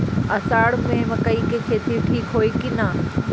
अषाढ़ मे मकई के खेती ठीक होई कि ना?